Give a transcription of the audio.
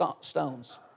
stones